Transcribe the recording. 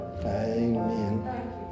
amen